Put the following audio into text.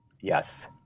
Yes